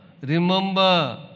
remember